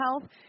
health